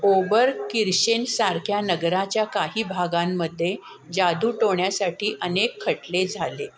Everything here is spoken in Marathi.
ओबरकिर्शेनसारख्या नगराच्या काही भागांमध्ये जादूटोण्यासाठी अनेक खटले झाले